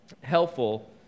helpful